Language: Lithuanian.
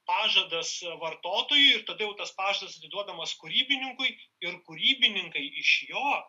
pažadas vartotojui ir todėl tas pažadas atiduodamas kūrybininkui ir kūrybininkai iš jo